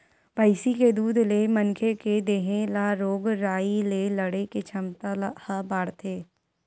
भइसी के दूद ले मनखे के देहे ल रोग राई ले लड़े के छमता ह बाड़थे